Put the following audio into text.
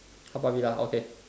Haw Par Villa okay